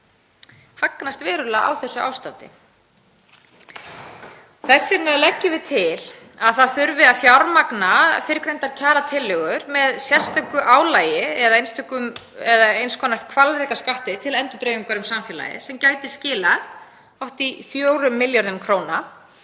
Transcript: hagnast verulega á þessu ástandi. Þess vegna leggjum við til að fjármagna þurfi fyrrgreindar kjaratillögur með sérstöku álagi eða eins konar hvalrekaskatti til endurdreifingar um samfélagið sem gæti skilað hátt í 4 milljörðum kr.